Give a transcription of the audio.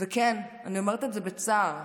וכן, אני אומרת את זה בצער,